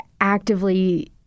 actively